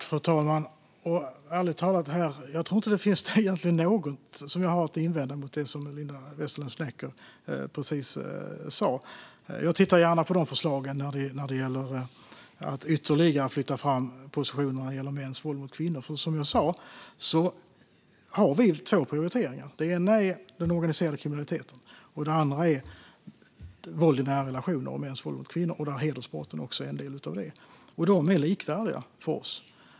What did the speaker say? Fru talman! Ärligt talat tror jag egentligen inte att det finns något som jag har att invända mot i det som Linda Westerlund Snecker just sa. Jag tittar gärna på förslagen om att ytterligare flytta fram positionerna när det gäller mäns våld mot kvinnor, för som jag sa har vi två prioriteringar. Den ena är den organiserade kriminaliteten, och den andra är våld i nära relationer och mäns våld mot kvinnor. Även hedersbrotten är en del av detta. Dessa båda är likvärdiga för oss.